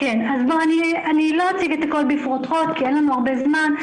אני לא אציג את הכל בפרוטרוט כי אין לנו הרבה זמן,